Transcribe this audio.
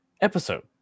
episode